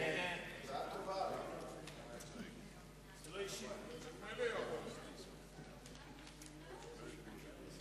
הצעת הסיכום שהביא חבר הכנסת אילן גילאון לא נתקבלה.